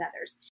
others